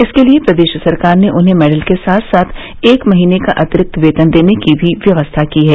इसके लिये प्रदेश सरकार ने उन्हें मेडल के साथ साथ एक महीने का अतिरिक्त वेतन देने की व्यवस्था भी की है